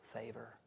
favor